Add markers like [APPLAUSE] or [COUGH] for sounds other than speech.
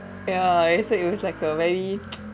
ya so it was like a very [NOISE]